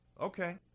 Okay